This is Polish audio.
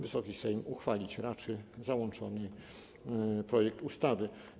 Wysoki Sejm uchwalić raczy załączony projekt ustawy.